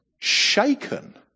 shaken